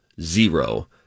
zero